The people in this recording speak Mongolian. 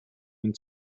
минь